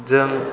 जों